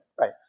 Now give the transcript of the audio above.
Right